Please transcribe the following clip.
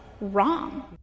wrong